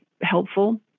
helpful